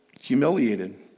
humiliated